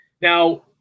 Now